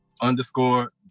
underscore